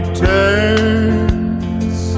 turns